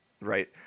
Right